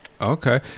Okay